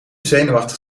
zenuwachtig